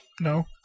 No